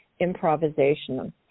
improvisation